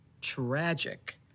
tragic